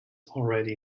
already